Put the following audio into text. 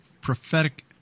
prophetic